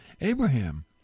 Abraham